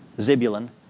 Zebulun